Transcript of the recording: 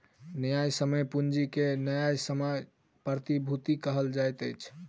न्यायसम्य पूंजी के न्यायसम्य प्रतिभूति कहल जाइत अछि